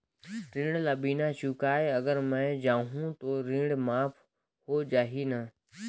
ऋण ला बिना चुकाय अगर मै जाहूं तो ऋण माफ हो जाही न?